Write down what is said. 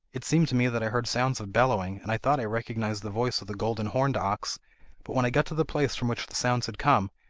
it seemed to me that i heard sounds of bellowing, and i thought i recognised the voice of the golden horned ox but when i got to the place from which the sounds had come,